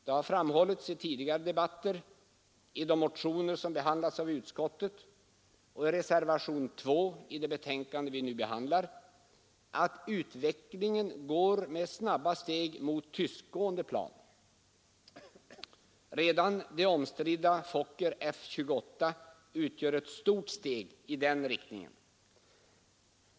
Det har framhållits i tidigare debatter, i de motioner som behandlats av utskottet och i reservationen 2 till det betänkande vi nu behandlar att utvecklingen mot tystgående plan är snabb. Redan det omstridda Fokker F 28 utgör ett stort steg i den riktningen.